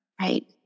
Right